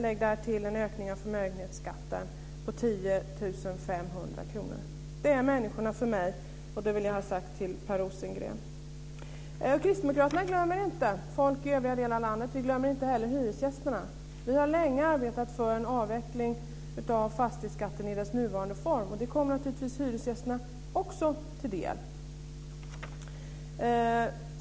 Lägg därtill en ökning av förmögenhetsskatten på 10 500 kr. Det är människorna för mig, och det vill jag ha sagt till Per Rosengren. Kristdemokraterna glömmer inte folk i övriga delar av landet. Vi glömmer inte heller hyresgästerna. Vi har länge arbetat för en avveckling av fastighetsskatten i dess nuvarande form. Det kommer naturligtvis också hyresgästerna till del.